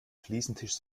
fliesentisch